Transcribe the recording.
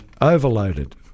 overloaded